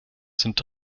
sind